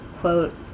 quote